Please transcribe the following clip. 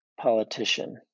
politician